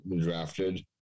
drafted